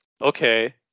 okay